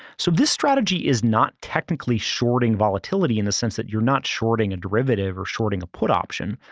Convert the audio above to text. so this strategy is not technically shorting volatility in the sense that you're not shorting a derivative or shorting a put option.